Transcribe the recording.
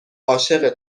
عاشق